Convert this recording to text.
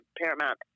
Paramount